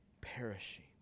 perishing